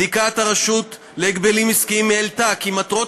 בדיקת הרשות להגבלים עסקיים העלתה כי מטרות